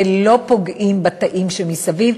ולא פוגעים בתאים שמסביב,